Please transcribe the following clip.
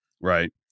Right